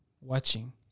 watching